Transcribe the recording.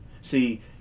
See